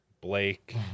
Blake